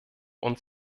und